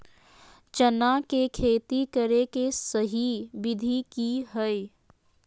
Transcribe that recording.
चना के खेती करे के सही विधि की हय?